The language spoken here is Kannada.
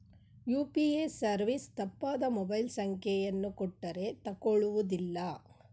ಯು.ಪಿ.ಎ ಸರ್ವಿಸ್ ತಪ್ಪಾದ ಮೊಬೈಲ್ ಸಂಖ್ಯೆಯನ್ನು ಕೊಟ್ಟರೇ ತಕೊಳ್ಳುವುದಿಲ್ಲ